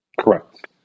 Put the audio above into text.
Correct